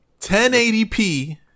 1080p